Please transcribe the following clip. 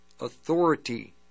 authority